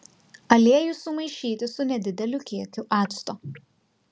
aliejų sumaišyti su nedideliu kiekiu acto